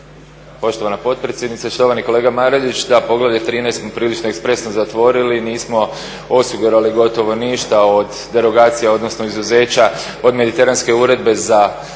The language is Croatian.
Poštovana potpredsjednice, štovani kolega Marelić da, Poglavlje 13. smo prilično ekspresno zatvorili, nismo osigurali gotovo ništa od derogacije odnosno izuzeća od mediteranske uredbe za